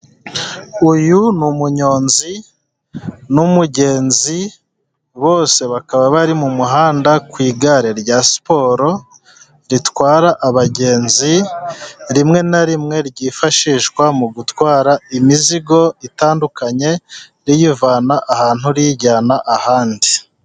Uyu ni umunyonzi n'umugenzi, bose bakaba bari mu muhanda, ku igare rya siporo ritwara abagenzi, rimwe na rimwe ryifashishwa mu gutwara imizigo itandukanye, riyivana ahantu riyijyana ahandi.